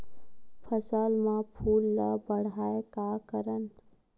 फसल म फूल ल बढ़ाय का करन?